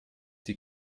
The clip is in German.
die